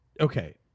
okay